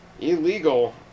Illegal